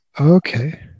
Okay